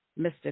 Mr